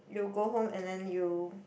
you go home and then you